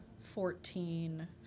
fourteen